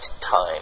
time